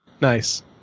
Nice